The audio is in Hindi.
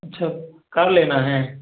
अच्छा क्या लेना है